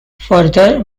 further